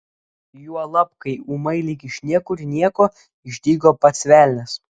juolab kai ūmai lyg iš niekur nieko išdygo pats velnias